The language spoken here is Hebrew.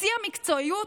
בשיא המקצועיות,